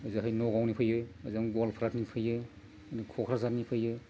ओजाहाय नगावनि फैयो ओजों गवालपारानि फैयो क'क्राझारनि फैयो